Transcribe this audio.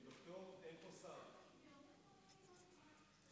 כבוד היושב-ראש,